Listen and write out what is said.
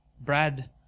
Brad